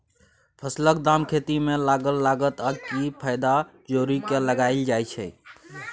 फसलक दाम खेती मे लागल लागत आ किछ फाएदा जोरि केँ लगाएल जाइ छै